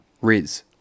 Riz